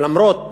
למרות